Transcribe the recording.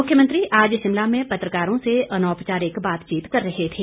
मुख्यमंत्री आज शिमला में पत्रकारों से अनौपचारिक बातचीत कर रहे थे